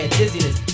dizziness